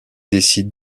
décide